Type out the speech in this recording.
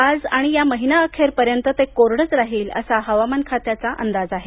आज आणि या महिना अखेरपर्यंत ते कोरडंच राहील असा हवामान खात्याचा अंदाज आहे